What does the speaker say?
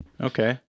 Okay